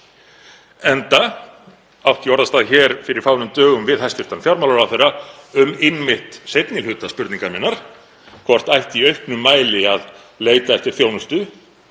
Enda átti ég orðastað hér fyrir fáeinum dögum við hæstv. fjármálaráðherra um einmitt seinni hluta spurningar minnar, hvort ætti í auknum mæli að leita eftir þjónustu